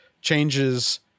changes